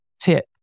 tip